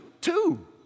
two